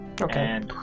Okay